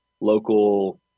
local